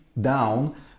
down